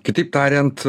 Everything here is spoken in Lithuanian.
kitaip tariant